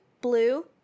Blue